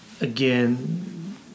Again